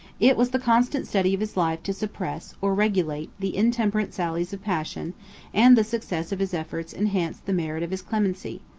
it was the constant study of his life to suppress, or regulate, the intemperate sallies of passion and the success of his efforts enhanced the merit of his clemency.